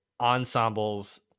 ensembles